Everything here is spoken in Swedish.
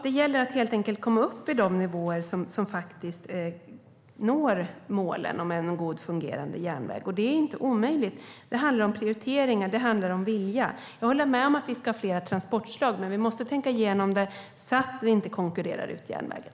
Det gäller helt enkelt att komma upp i de nivåer som gör att vi når målen med en god, fungerande järnväg. Det är inte omöjligt, utan det handlar om prioriteringar och vilja. Jag håller med om att vi ska ha flera transportslag, men vi måste tänka igenom detta så att vi inte konkurrerar ut järnvägen.